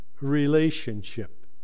relationship